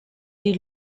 die